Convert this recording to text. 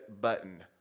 button